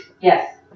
Yes